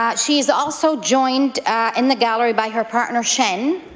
ah she's also joined in the gallery by her partner, chen,